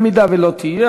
אם לא תהיה,